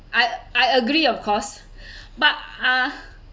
I I agree of course but[ah]